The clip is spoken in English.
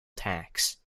tax